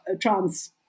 trans